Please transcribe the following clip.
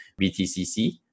BTCC